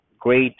great